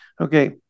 Okay